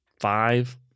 five